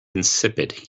insipid